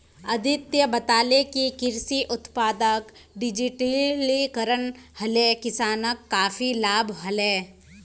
अदित्य बताले कि कृषि उत्पादक डिजिटलीकरण हले किसानक काफी लाभ हले